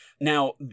Now